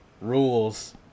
rules